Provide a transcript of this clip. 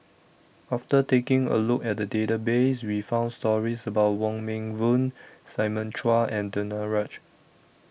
after taking A Look At The Database We found stories about Wong Meng Voon Simon Chua and Danaraj